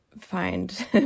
find